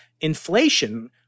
inflation